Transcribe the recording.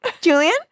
Julian